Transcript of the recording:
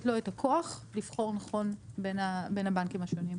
לו את הכוח לבחור נכון בין הבנקים השונים.